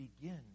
begin